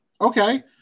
Okay